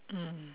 mm